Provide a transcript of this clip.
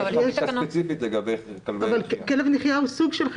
ויש הנחיה ספציפית לגבי כלבי נחייה.